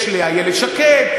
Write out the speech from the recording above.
יש לאיילת שקד,